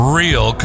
real